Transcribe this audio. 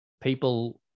People